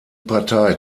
partei